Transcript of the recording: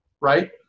right